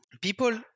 People